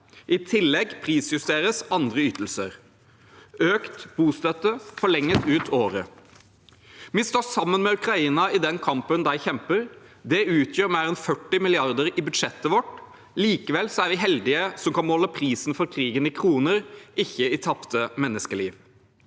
I tillegg prisjusteres andre ytelser. Økt bostøtte forlenges ut året. Vi står sammen med Ukraina i den kampen de kjemper. Det utgjør mer enn 40 mrd. kr i budsjettet vårt. Likevel er vi heldige som kan måle prisen for krigen i kroner, ikke i tapte menneskeliv.